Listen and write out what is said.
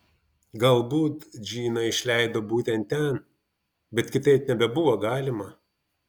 galbūt džiną išleido būtent ten bet kitaip nebebuvo galima